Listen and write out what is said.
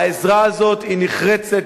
העזרה הזאת היא נחרצת,